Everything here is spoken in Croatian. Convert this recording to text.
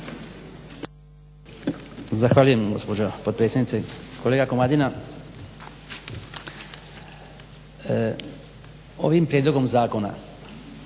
Zahvaljujem gospođo potpredsjednice. Kolega Komadina ovim prijedlogom zakona